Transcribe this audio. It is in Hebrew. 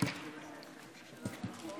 מרב